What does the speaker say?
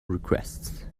requests